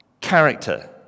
character